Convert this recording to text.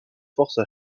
forces